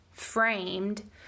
framed